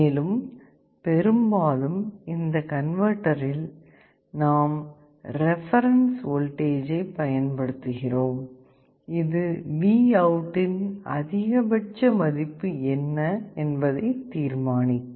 மேலும் பெரும்பாலும் இந்த கன்வர்ட்டர் இல் நாம் ரெஃபரன்ஸ் வோல்டேஜை பயன்படுத்துகிறோம் இது VOUT இன் அதிகபட்ச மதிப்பு என்ன என்பதை தீர்மானிக்கும்